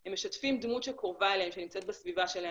הם משתפים דמות שקרובה אליהם שנמצאת בסביבה שלהם,